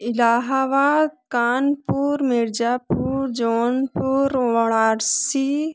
Allahabad Kanpur Mirzapur Jaunpur Varanasi